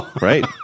right